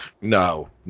no